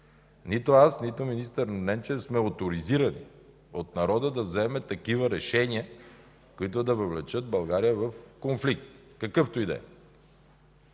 Нито аз, нито министър Ненчев сме оторизирани от народа да вземаме такива решения, които да въвлечат България в конфликт, какъвто и да е.